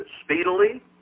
speedily